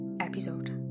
episode